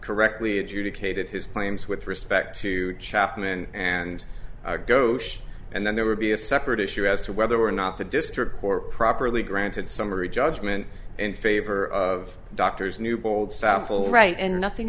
correctly adjudicated his claims with respect to chapman and and then there would be a separate issue as to whether or not the district court properly granted summary judgment in favor of doctors newbold sample right and nothing